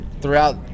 throughout